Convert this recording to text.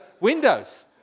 windows